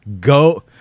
Go